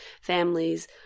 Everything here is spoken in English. families